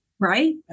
right